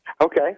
Okay